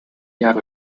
jahre